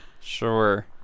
Sure